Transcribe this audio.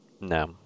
No